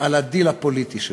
על הדיל הפוליטי שלו.